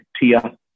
TIA